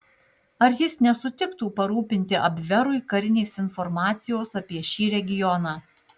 ar jis nesutiktų parūpinti abverui karinės informacijos apie šį regioną